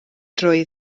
drwy